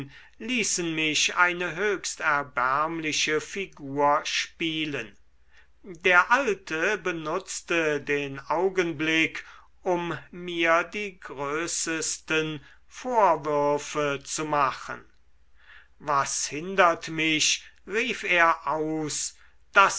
ließen mich eine höchst erbärmliche figur spielen der alte benutzte den augenblick um mir die größesten vorwürfe zu machen was hindert mich rief er aus